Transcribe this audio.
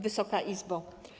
Wysoka Izbo!